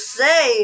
say